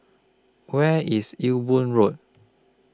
Where IS Ewe Boon Road